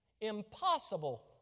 Impossible